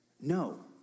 No